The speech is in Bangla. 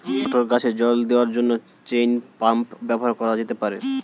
মটর গাছে জল দেওয়ার জন্য চেইন পাম্প ব্যবহার করা যেতে পার?